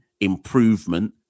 improvement